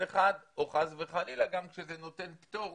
אחד או חס וחלילה גם כשזה נותן פטור